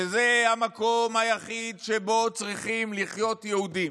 שזה המקום היחיד שבו צריכים לחיות יהודים.